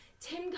Tim